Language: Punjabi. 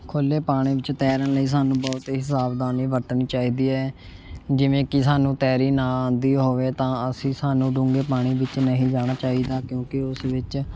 ਖੁੱਲ੍ਹੇ ਪਾਣੀ ਵਿੱਚ ਤੈਰਨ ਲਈ ਸਾਨੂੰ ਬਹੁਤ ਹੀ ਸਾਵਧਾਨੀ ਵਰਤਣੀ ਚਾਹੀਦੀ ਹੈ ਜਿਵੇਂ ਕਿ ਸਾਨੂੰ ਤੈਰੀ ਨਾ ਆਉਂਦੀ ਹੋਵੇ ਤਾਂ ਅਸੀਂ ਸਾਨੂੰ ਡੂੰਘੇ ਪਾਣੀ ਵਿੱਚ ਨਹੀਂ ਜਾਣਾ ਚਾਹੀਦਾ ਕਿਉਂਕਿ ਉਸ ਵਿੱਚ